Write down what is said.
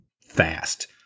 fast